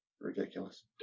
Ridiculous